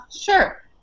sure